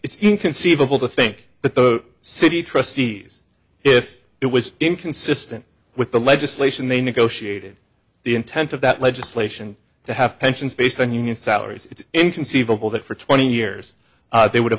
it's inconceivable to think that the city trustees if it was inconsistent with the legislation they negotiated the intent of that legislation to have pensions based on union salaries it's inconceivable that for twenty years they would have